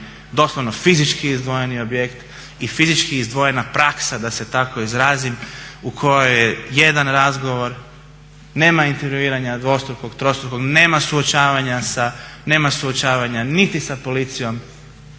doslovno fizički izdvojeni objekt i fizički izdvojena praksa da se tako izrazim u kojoj jedan razgovor, nema intervjuiranja dvostrukog, trostrukog, nema suočavanja niti sa policijom